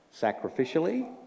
sacrificially